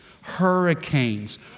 hurricanes